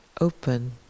open